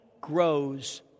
grows